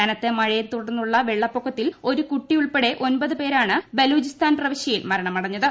കനത്ത മഴയെ തുടർന്നുള്ള വെള്ളപ്പൊക്കത്തിൽ ഒരു കുട്ടിയുൾപ്പെടെ ഒമ്പതുപേരാണ് ബ്ലൂചിസ്ഥാൻ പ്രവിശ്യയിൽ മരണ മടഞ്ഞത്